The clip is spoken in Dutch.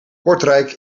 kortrijk